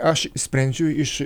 aš sprendžiu iš